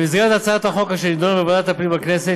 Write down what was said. במסגרת הצעת החוק אשר נדונה בוועדת הפנים בכנסת